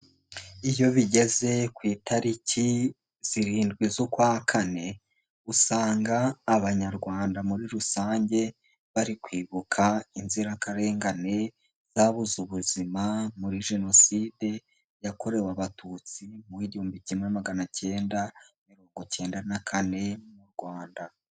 Iyo bigeze ku itariki zirindwi z'ukwa kane, usanga abanyarwanda muri rusange bari kwibuka inzirakarengane zabuze ubuzima muri Jenoside yakorewe Abatutsi mu igihumbi kimwe maganacyenda mirongo icyenda na kane (1994) mu Rwanda.